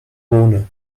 bohne